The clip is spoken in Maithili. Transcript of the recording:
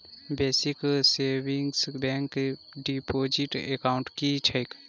Basic savings bank deposit account की छैक?